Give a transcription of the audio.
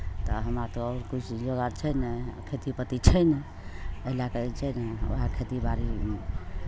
तऽ हमरा तऽ आओर किछु जोगार छै नहि खेती पाती छै नहि एहि लऽ कऽ जे छै ने उएह खेतीबाड़ी